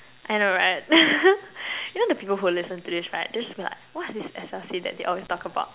I know right you know the people who listen to this right they just like what is this S_L_C that they always talk about